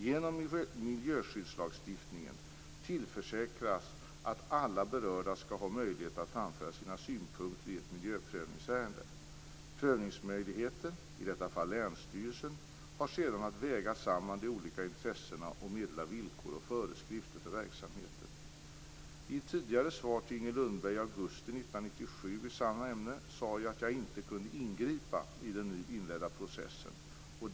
Genom miljöskyddslagstiftningen tillförsäkras att alla berörda skall ha möjlighet att framföra sina synpunkter i ett miljöprövningsärende. har sedan att väga samman de olika intressena och meddela villkor och föreskrifter för verksamheten. 1997 i samma ämne sade jag att jag inte kunde ingripa i den nu inledda processen.